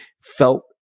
felt